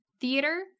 theater